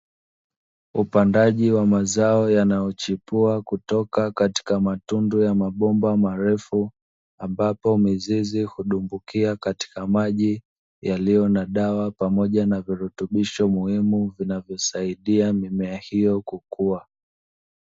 Upandaji wa mazao yanayochipua kutoka katika matundu ya mabomba marefu, ambapo mizizi udumbukia katika maji yaliyo na dawa pamoja na virutubisho muhimu, vinavyosaidia mimea hiyo kukua.